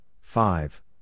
five